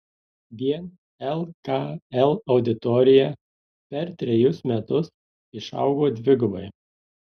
vien lkl auditorija per trejus metus išaugo dvigubai